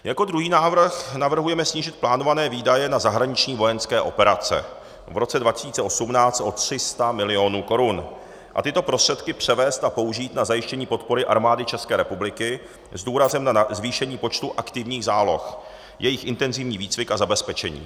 Jako druhý návrh navrhujeme snížit plánované výdaje na zahraniční vojenské operace v roce 2018 o 300 milionů korun a tyto prostředky převést a použít na zajištění podpory Armády České republiky s důrazem na zvýšení počtu aktivních záloh, jejich intenzivní výcvik a zabezpečení.